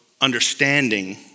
understanding